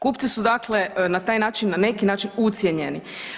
Kupci su dakle na taj način, na neki način ucijenjeni.